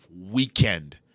weekend